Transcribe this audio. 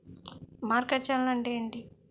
Market channel అంటే ఏంటి?